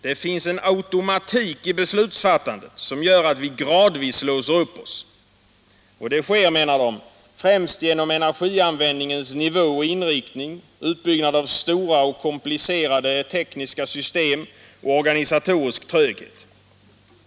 Det finns en automatik i beslutsfattandet som gör att vi gradvis låser upp oss.” Det sker, menar de, främst genom energianvändningens nivå och inriktning, utbyggnad av stora och komplicerade tekniska system och organisatorisk tröghet.